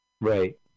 Right